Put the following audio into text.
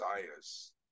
desires